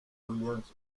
williams